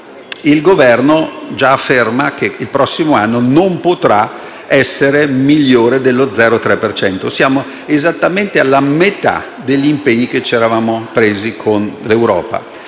il Governo già afferma che il prossimo anno non potrà essere migliore dello 0,3 per cento. Siamo esattamente alla metà degli impegni che ci eravamo presi con l'Europa,